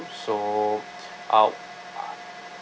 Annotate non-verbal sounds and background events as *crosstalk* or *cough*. so out *noise*